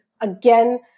again